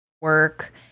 Work